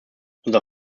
unser